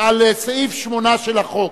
לסעיף 8 של החוק.